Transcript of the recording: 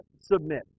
submit